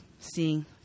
seeing